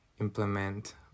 implement